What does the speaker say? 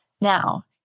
Now